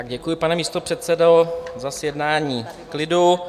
Děkuji, pane místopředsedo, za zjednání klidu.